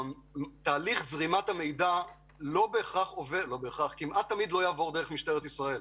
תהליך זרימת המידע כמעט תמיד לא יעבור דרך משטרת ישראל.